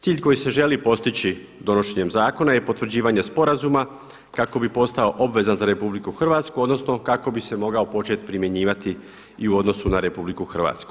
Cilj koji se želi postići donošenjem zakona je potvrđivanje sporazuma kako bi postao obvezan za RH odnosno kako bi se mogao početi primjenjivati i u odnosu na RH.